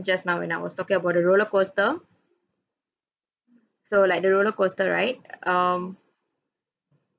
just now when I was talking about the rollercoaster so like the roller coaster right um